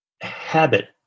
habit